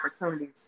opportunities